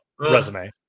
resume